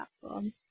platform